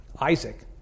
Isaac